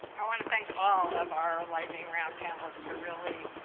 i want to thank all of our lightning round panelists for really